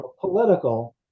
political